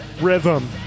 rhythm